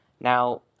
Now